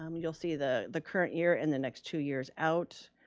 um you'll see the the current year and the next two years out.